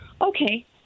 okay